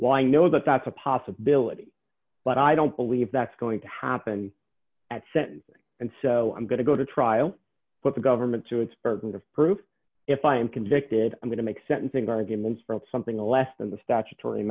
why i know that that's a possibility but i don't believe that's going to happen at sentencing and so i'm going to go to trial but the government to its burden of proof if i'm convicted i'm going to make sentencing arguments for something less than the statutory